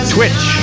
Twitch